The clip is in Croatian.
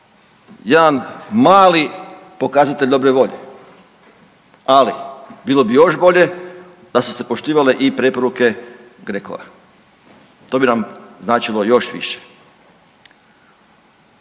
jedan mali pokazatelj dobre volje, ali bilo bi još bolje da su se poštivale i preporuke GRECO-a, to bi nam značilo još više.